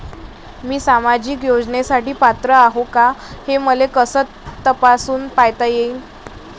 मी सामाजिक योजनेसाठी पात्र आहो का, हे मले कस तपासून पायता येईन?